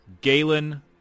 Galen